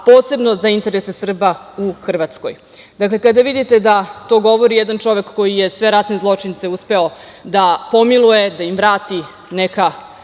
posebno za interese Srba u Hrvatskoj. Dakle, kada vidite da to govori jedan čovek koji je sve ratne zločince uspeo da pomiluje, da im vrati neka